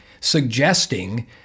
suggesting